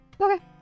Okay